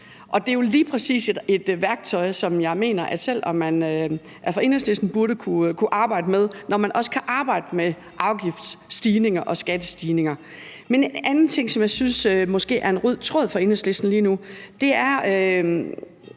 det er jo lige præcis et værktøj, som jeg mener at Enhedslisten burde kunne arbejde med, når man også kan arbejde med afgiftsstigninger og skattestigninger. Men en anden ting, som jeg synes måske er en rød tråd for Enhedslisten lige nu, er